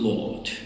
Lord